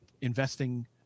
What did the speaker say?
investing